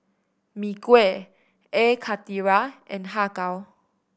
Mee Kuah Air Karthira and Har Kow